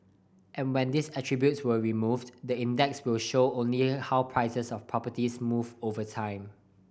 and when these attributes are removed the index will show only how prices of properties move over time